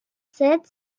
sept